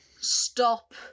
stop